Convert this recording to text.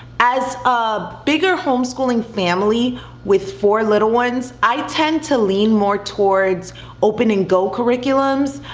as a bigger homeschooling family with four little ones, i tend to lean more towards open and go curriculums.